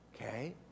okay